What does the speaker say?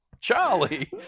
Charlie